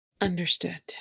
Understood